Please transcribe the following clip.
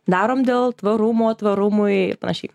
darom dėl tvarumo tvarumui ir panašiai